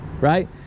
right